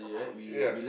yes